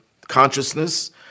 consciousness